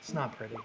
its not pretty.